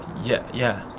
ye yeah.